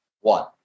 One